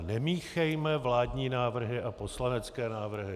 Nemíchejme vládní návrhy a poslanecké návrhy.